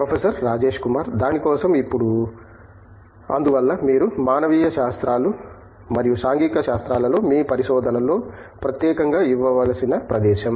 professor Rajesh Kumar దాని కోసం ఇప్పుడు అందువల్ల మీరు మానవీయ శాస్త్రాలు మరియు సాంఘిక శాస్త్రాలలో మీ పరిశోధనలో ప్రత్యేకంగా ఇవ్వవలసిన ప్రదేశం